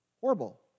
horrible